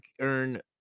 earn